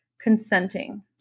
consenting